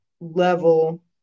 level